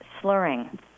slurring